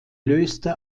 löste